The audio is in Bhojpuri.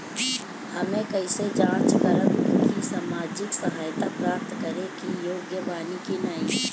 हम कइसे जांच करब कि सामाजिक सहायता प्राप्त करे के योग्य बानी की नाहीं?